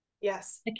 Yes